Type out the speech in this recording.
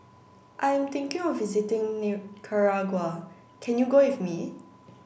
I am thinking of visiting Nicaragua can you go with me